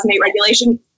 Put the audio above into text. regulation